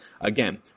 Again